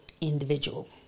individual